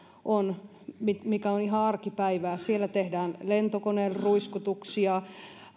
on mikä on ihan arkipäivää siellä tehdään lentokoneruiskutuksia